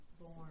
born